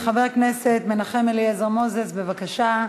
חבר הכנסת מנחם אליעזר מוזס, בבקשה.